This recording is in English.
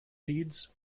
seeds